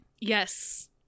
Yes